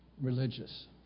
religious